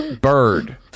Bird